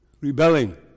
rebelling